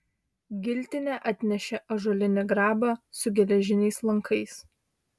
giltinė atnešė ąžuolinį grabą su geležiniais lankais